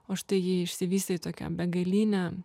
o štai ji išsivystė į tokią begalinę